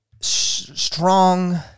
strong